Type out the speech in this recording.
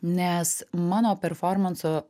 nes mano performanso